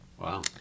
Wow